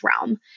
realm